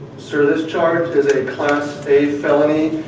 sir, this charge is a class a felony,